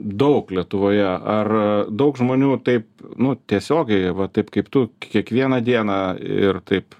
daug lietuvoje ar daug žmonių taip nu tiesiogiai va taip kaip tu kiekvieną dieną ir taip